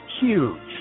huge